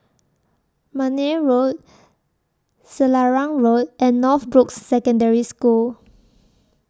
Marne Road Selarang Road and Northbrooks Secondary School